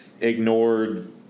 ignored